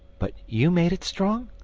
but you made it strong?